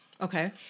Okay